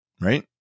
Right